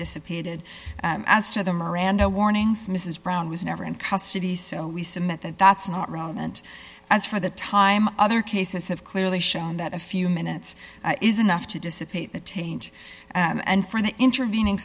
dissipated as to the miranda warnings mrs brown was never in custody so we submit that that's not relevant as for the time other cases have clearly shown that a few minutes is enough to dissipate the taint and for the intervening